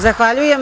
Zahvaljujem.